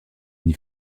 une